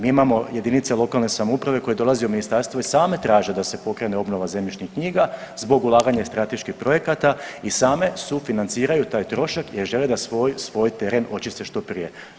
Mi imamo jedinice lokalne samouprave koje dolaze u ministarstvo i same traže da se pokrene obnova zemljišnih knjiga zbog ulaganja strateških projekata i same sufinanciraju taj trošak jer žele da svoj, svoj teren očiste što prije.